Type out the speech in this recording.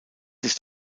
ist